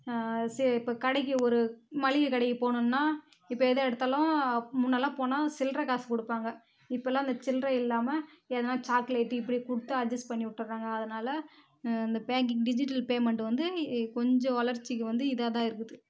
இப்போ கடைக்கு ஒரு மளிக கடைக்கு போகணுனா இப்போ எதை எடுத்தாலும் முன்னேலாம் போனால் சில்லற காசு கொடுப்பாங்க இப்போலாம் அந்த சில்லற இல்லாமல் இப்போ எதுனா சாக்லேட்டு இப்படி கொடுத்து அட்ஜெஸ்ட் பண்ணி விட்டுர்றாங்க அதனால் இந்த பேங்கிங்கு டிஜிட்டல் பேமெண்ட்டு வந்து கொஞ்சம் வளர்ச்சிக்கு வந்து இதாக தான் இருக்குது